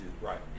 Right